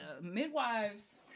Midwives